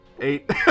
Eight